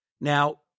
Now